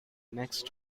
next